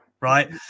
Right